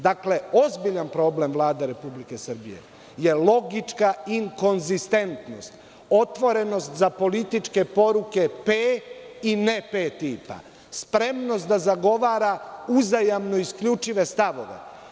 Dakle, ozbiljan problem Vlade Republike Srbije je logička inkonzistentnost, otvorenost za političke poruke P i ne P tipa, spremnost da zagovara uzajamno isključive stavove.